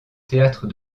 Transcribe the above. théâtre